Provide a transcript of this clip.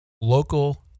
local